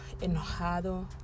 enojado